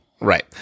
Right